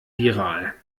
viral